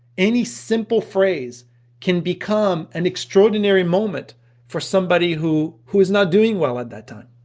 any simple phrase can become an extraordinary moment for somebody who who is not doing well at that time.